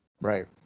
right